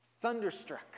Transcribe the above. thunderstruck